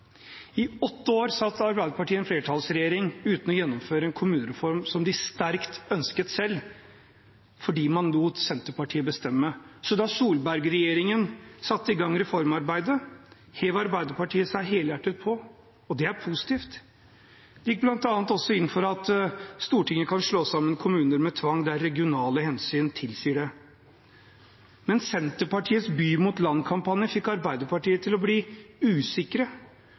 I åtte år satt Arbeiderpartiet i en flertallsregjering uten å gjennomføre en kommunereform som de sterkt ønsket selv, fordi man lot Senterpartiet bestemme. Så da Solberg-regjeringen satte i gang reformarbeidet, hev Arbeiderpartiet seg helhjertet på, og det er positivt. De gikk bl.a. også inn for at Stortinget kan slå sammen kommuner med tvang der regionale hensyn tilsier det. Men Senterpartiets by-mot-land-kampanje fikk Arbeiderpartiet til å bli usikre,